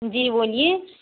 جی بولیے